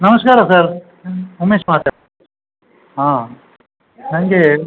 ನಮಸ್ಕಾರ ಸರ್ ಉಮೇಶ್ ಮಾತಾ ಹಾಂ ನನಗೆ